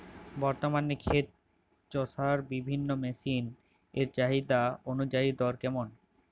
বর্তমানে ক্ষেত চষার বিভিন্ন মেশিন এর চাহিদা অনুযায়ী দর কেমন?